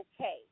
okay